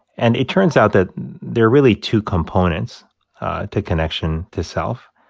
and it turns out that there are really two components to connection to self,